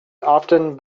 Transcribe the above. often